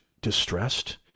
distressed